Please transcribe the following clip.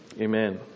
Amen